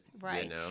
Right